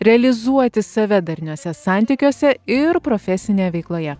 realizuoti save darniuose santykiuose ir profesinėje veikloje